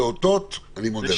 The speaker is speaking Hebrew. הפעוטות, אני מודה לכם.